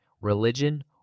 religion